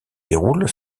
déroule